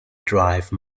drive